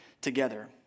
together